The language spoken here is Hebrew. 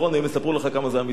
הם יספרו לך כמה זה אמיתי.